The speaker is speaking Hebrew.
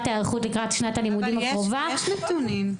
היערכות לקראת שנת הלימודים הקרובה ---.) יש נתונים.